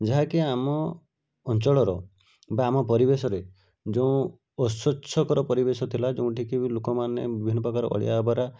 ଯାହାକି ଆମ ଅଞ୍ଚଳର ବା ଆମ ପରିବେଶରେ ଯୋଉଁ ଅସ୍ଵଚ୍ଛ କର ପରିବେଶ ଥିଲା ଯୋଉଁଠିକି ଲୋକମାନେ ବିଭିନ୍ନ ପ୍ରକାର ଅଳିଆ ଆବରା